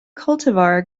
cultivar